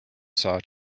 saw